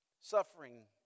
Suffering